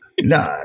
No